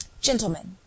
Gentlemen